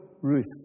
Ruth